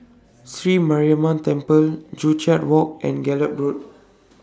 Sri Mariamman Temple Joo Chiat Walk and Gallop Road